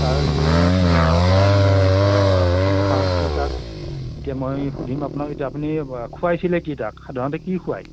তাৰ ভিতৰত তাৰ মানে প্ৰথম কথা হ'ল কি তাক এতিয়া মই সুধিম আপোনাক এতিয়া আপুনি খোৱাইছিলে কি তাক সাধাৰণতে কি খুৱায়